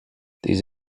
these